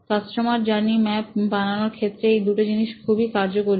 customer journey map বানানোর ক্ষেত্রে এই দুটি জিনিস খুবই কার্যকরী